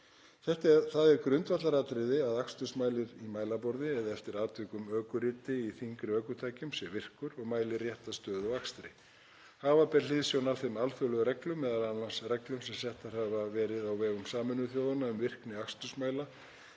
Það er grundvallaratriði að akstursmælir í mælaborði eða eftir atvikum ökuriti í þyngri ökutækjum sé virkur og mæli rétta stöðu á akstri. Hafa ber hliðsjón af þeim alþjóðlegu reglum, m.a. reglum sem settar hafa verið á vegum Sameinuðu þjóðanna, um virkni akstursmæla